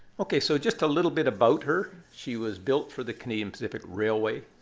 ok, so just a little bit about her. she was built for the canadian pacific railway.